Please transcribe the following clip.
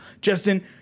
Justin